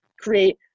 create